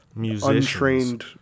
untrained